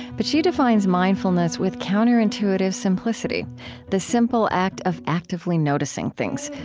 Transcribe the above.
but she defines mindfulness with counterintuitive simplicity the simple act of actively noticing things,